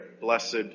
Blessed